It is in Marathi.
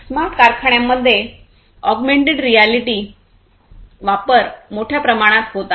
स्मार्ट कारखान्यांमध्ये ऑगमेन्टेड रियालिटी वापर मोठ्या प्रमाणात होत आहे